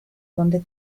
dónde